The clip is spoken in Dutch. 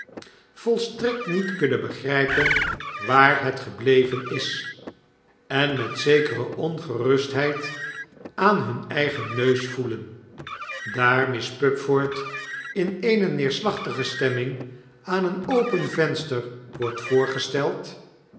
volstrekt niet kunnen begrypen waar het gebleven is en met zekere ongerustheid aan hun eigen neus voelen daar miss pupford in eeneneerslachtige stemming aan een open venster wordt voorgesteld